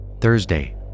Thursday